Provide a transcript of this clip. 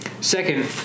Second